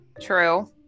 True